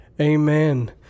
Amen